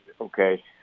okay